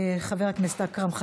חבר הכנסת אכרם חסון,